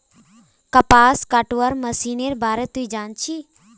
कपास कटवार मशीनेर बार तुई जान छि